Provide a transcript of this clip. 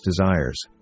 desires